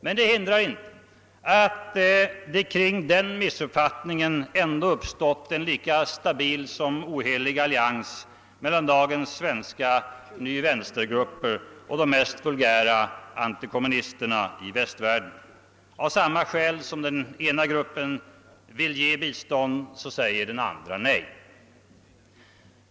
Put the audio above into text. Men det hindrar inte att det kring denna missuppfattning ändå har uppstått en lika stabil som ohelig allians mellan dagens svenska nyvänstergrupper och de mest vulgära antikommunisterna i västvärlden. Av samma skäl som den ena gruppen vill ge bistånd säger den andra nej.